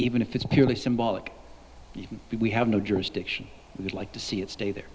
even if it's purely symbolic we have no jurisdiction we'd like to see it stay there